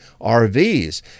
RVs